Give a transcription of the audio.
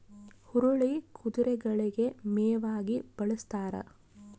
ಹುರುಳಿ ಕುದುರೆಗಳಿಗೆ ಮೇವಾಗಿ ಬಳಸ್ತಾರ